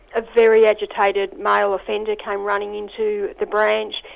a very agitated male offender came running into the branch,